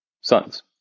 sons